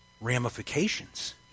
ramifications